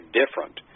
different